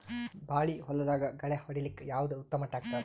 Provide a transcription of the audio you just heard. ಬಾಳಿ ಹೊಲದಾಗ ಗಳ್ಯಾ ಹೊಡಿಲಾಕ್ಕ ಯಾವದ ಉತ್ತಮ ಟ್ಯಾಕ್ಟರ್?